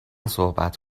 صحبت